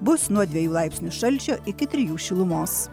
bus nuo dviejų laipsnių šalčio iki trijų šilumos